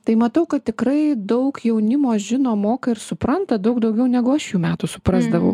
tai matau kad tikrai daug jaunimo žino moka ir supranta daug daugiau negu aš jų metų suprasdavau